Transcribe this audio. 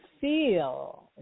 feel